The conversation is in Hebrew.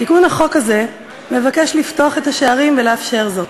תיקון החוק הזה מבקש לפתוח את השערים ולאפשר זאת.